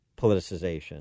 politicization